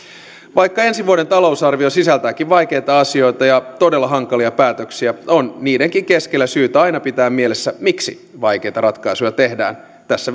vaikka ensi vuoden talousarvio sisältääkin vaikeita asioita ja todella hankalia päätöksiä on niidenkin keskellä aina syytä pitää mielessä miksi vaikeita ratkaisuja tehdään tässä